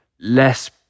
less